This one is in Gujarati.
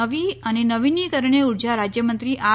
નવી અને નવીનીકરણીય ઉર્જા રાજ્યમંત્રી આર